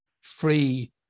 free